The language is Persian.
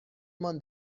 مان